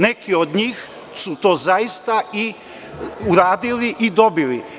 Neki od njih su to zaista i uradili i dobili.